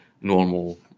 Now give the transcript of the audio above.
normal